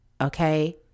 okay